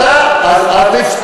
אתה רוצה לבטל את הסיפוח?